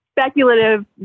Speculative